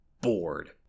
bored